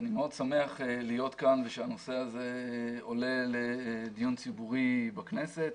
אני מאוד שמח להיות כאן ושהנושא הזה עולה לדיון ציבורי בכנסת,